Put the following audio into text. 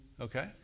Okay